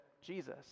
Jesus